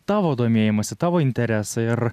tavo domėjimąsi tavo interesą ir